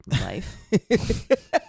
life